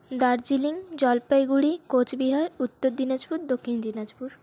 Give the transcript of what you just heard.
Darjeeling Jalpaiguri Coochbehar Uttar Dinajpur Dakshin Dinajpur